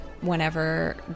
whenever